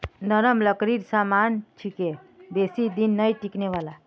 नरम लकड़ीर सामान छिके बेसी दिन नइ टिकने वाला